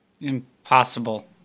Impossible